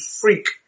freak